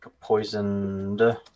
poisoned